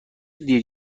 دیر